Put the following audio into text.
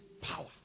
power